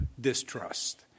distrust